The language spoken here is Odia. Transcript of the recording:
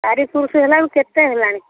ଚାରି ପୁରୁଷ ହେଲାବେଳକୁ କେତେ ହେଲାଣି